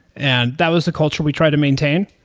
and that was a culture we try to maintain,